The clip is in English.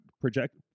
project